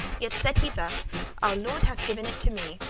yet said he thus our lord hath given it to me,